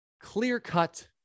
clear-cut